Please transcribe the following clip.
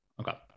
Okay